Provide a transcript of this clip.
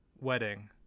wedding